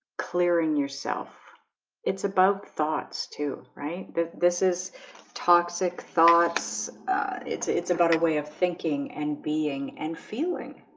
clearing yourself it's above thoughts too. right? this is toxic thoughts it's it's about a way of thinking and being and feeling